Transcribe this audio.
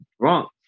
drunk